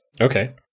Okay